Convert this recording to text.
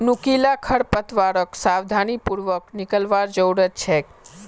नुकीले खरपतवारक सावधानी पूर्वक निकलवार जरूरत छेक